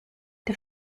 der